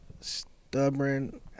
Stubborn